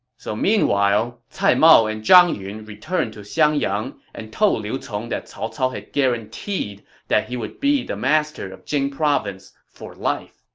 so meanwhile, cai mao and zhang yun returned to xiangyang and told liu cong that cao cao had guaranteed that he would be the master of jing province for life.